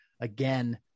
again